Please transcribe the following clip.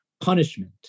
punishment